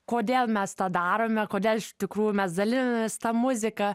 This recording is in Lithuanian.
kodėl mes tą darome kodėl iš tikrųjų mes dalinamės ta muzika